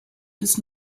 does